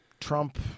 Trump